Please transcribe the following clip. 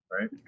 Right